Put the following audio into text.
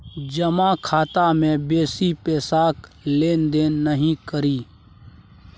जमा खाता मे बेसी पैसाक लेन देन नहि करी